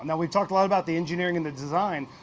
and we've talked a lot about the engineering and the design,